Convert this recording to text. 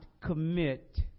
commit